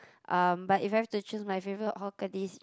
um but if I have to choose my favourite hawker dish